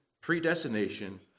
predestination